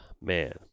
man